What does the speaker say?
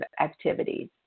activities